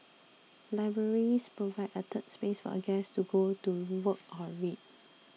libraries provide a 'third space' for a guest to go to work or read